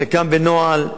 חלקן בנוהל,